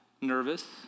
nervous